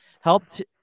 helped